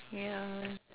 ya